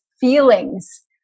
feelings